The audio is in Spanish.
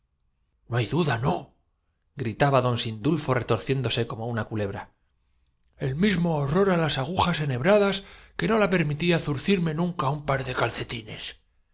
no hay duda no gritaba don sindulfo retor el vehículo á la zona atmosférica en que debía tener ciéndose como una culebra el mismo horror á las efecto la locomoción hizo parar en seco el anacronóagujas enhebradas que no la permitió zurcirme nunca pete exclamando un par de calcetines